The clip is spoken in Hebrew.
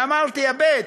ואמרתי: הבט,